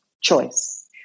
choice